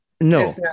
No